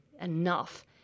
enough